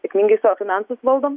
sėkmingai savo finansus valdom